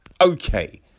Okay